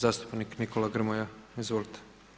Zastupnik Nikola Grmoja, izvolite.